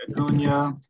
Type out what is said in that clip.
Acuna